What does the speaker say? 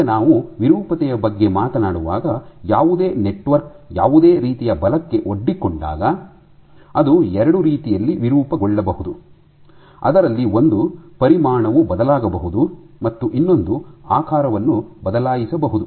ಈಗ ನಾವು ವಿರೂಪತೆಯ ಬಗ್ಗೆ ಮಾತನಾಡುವಾಗ ಯಾವುದೇ ನೆಟ್ವರ್ಕ್ ಯಾವುದೇ ರೀತಿಯ ಬಲಕ್ಕೆ ಒಡ್ಡಿಕೊಂಡಾಗ ಅದು ಎರಡು ರೀತಿಯಲ್ಲಿ ವಿರೂಪಗೊಳ್ಳಬಹುದು ಅದರಲ್ಲಿ ಒಂದು ಪರಿಮಾಣವು ಬದಲಾಗಬಹುದು ಮತ್ತು ಇನ್ನೊಂದು ಆಕಾರವನ್ನು ಬದಲಾಯಿಸಬಹುದು